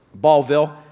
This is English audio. Ballville